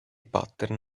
pattern